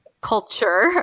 culture